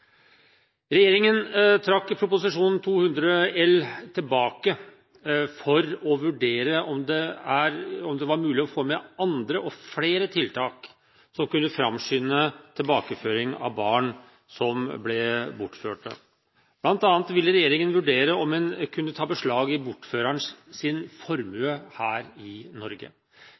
Regjeringen trakk Prop. 200 L tilbake for å vurdere om det var mulig å få med andre og flere tiltak som kunne framskynde tilbakeføring av barn som ble bortført. Blant annet ville regjeringen vurdere om en kunne ta beslag i bortførerens formue her i Norge.